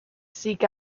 seek